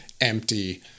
empty